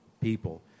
people